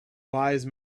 wise